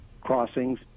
crossings